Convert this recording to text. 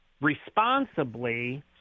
responsibly